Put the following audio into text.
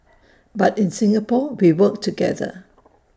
but in Singapore we work together